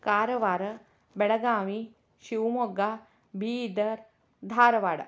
Karwar Belagavi Shivamogga Bidar Dharwad